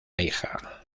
hija